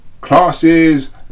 classes